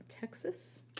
Texas